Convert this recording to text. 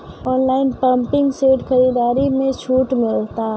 Online pumping set खरीदारी मे छूट मिलता?